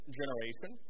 generation